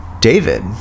David